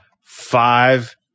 five